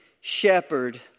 shepherd